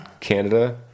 Canada